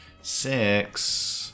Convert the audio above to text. Six